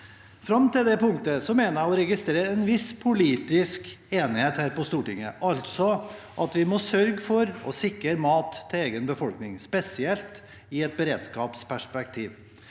Fram til dette punktet mener jeg å registrere en viss politisk enighet her på Stortinget – altså at vi må sørge for å sikre mat til egen befolkning, spesielt i et beredskapsperspektiv.